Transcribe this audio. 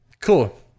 cool